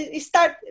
start